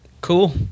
cool